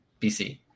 BC